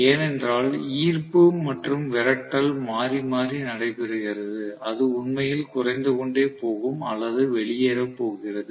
ஏனென்றால் ஈர்ப்பு மற்றும் விரட்டல் மாறி மாறி நடைபெறுகிறது அது உண்மையில் குறைந்து கொண்டே போகும் அல்லது வெளியேறப் போகிறது